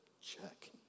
Check